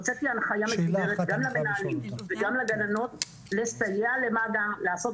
הוצאתי הנחיה מתוקנת גם למנהלים וגם לגננות לסייע למד"א לעשות